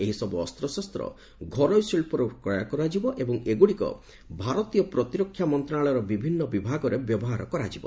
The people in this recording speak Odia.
ଏହିସବୁ ଅସ୍ତଶସ୍ତ ଘରୋଇ ଶିଳ୍ପରୁ କ୍ରୟ କରାଯିବ ଏବଂ ଏଗୁଡ଼ିକ ଭାରତୀୟ ପ୍ରତିରକ୍ଷା ମନ୍ତ୍ରଣାଳୟର ବିଭିନ୍ନ ବିଭାଗରେ ବ୍ୟବହାର କରାଯିବ